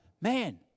man